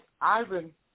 Ivan